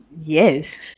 Yes